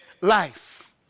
Life